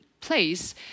place